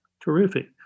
Terrific